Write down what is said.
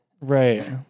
Right